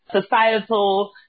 societal